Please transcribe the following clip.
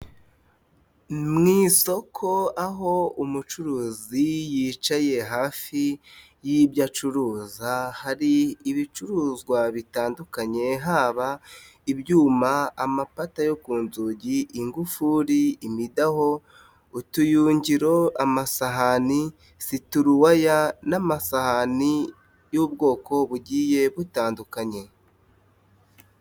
Mu isoko aho umucuruzi yicaye hafi y'ibyo acuruza hari ibicuruzwa bitandukanye, haba ibyuma, amapata yo ku nzugi, ingufuri, imidaho, utuyugiro, amasahani, isifuriya n'amasahani y'ubwoko bugiye butandukanye.